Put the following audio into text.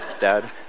Dad